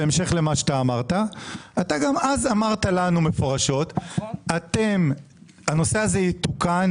גם אז אמרת לנו מפורשות שהנושא הזה יתוקן.